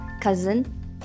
cousin